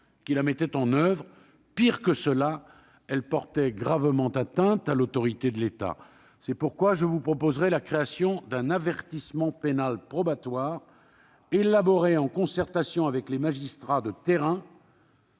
qui la mettaient en oeuvre. Pis, elle portait gravement atteinte à l'autorité de l'État. C'est pourquoi je vous proposerai la création d'un « avertissement pénal probatoire », élaboré en concertation avec les magistrats de terrain,